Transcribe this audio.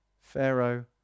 Pharaoh